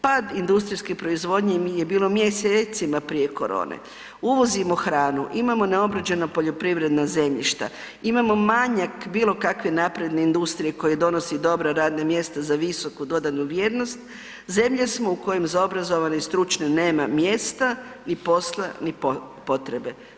Pad industrijske proizvodnje … mjesecima prije korone, uvozimo hranu, imamo neobrađena poljoprivredna zemljišta, imamo manjak bilo kakve napredne industrije koja donosi dobra radna mjesta za visoku dodanu vrijednost, zemlja smo za obrazovane i stručne nema mjesta ni posla, ni potrebe.